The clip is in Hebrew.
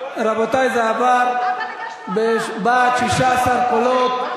זו בושה וחרפה.